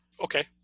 Okay